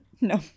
No